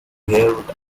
helped